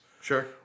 Sure